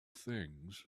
things